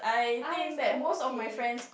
I oh okay